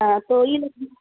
تو یہ لیکن